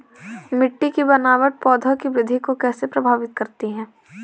मिट्टी की बनावट पौधों की वृद्धि को कैसे प्रभावित करती है?